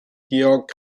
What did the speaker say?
georg